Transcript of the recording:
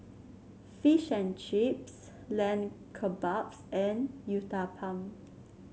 Fish and Chips Lamb Kebabs and Uthapam